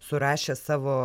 surašę savo